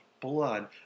blood